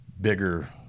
bigger